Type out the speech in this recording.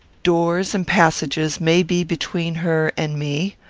doors and passages may be between her and me.